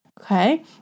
okay